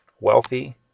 wealthy